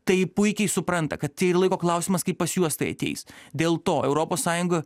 tai puikiai supranta kad tai yra laiko klausimas kai pas juos tai ateis dėl to europos sąjunga